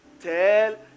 tell